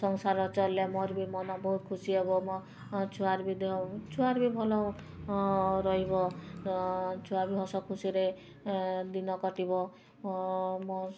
ସଂସାର ଚଲିଲେ ମୋର ବି ମନ ବହୁତ ଖୁସି ହେବ ମୋ ଛୁଆର ବି ଦେହ ଛୁଆର ବି ଭଲ ରହିବ ଛୁଆ ବି ହସ ଖୁସିରେ ଦିନ କଟିବ ମୋ